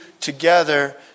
together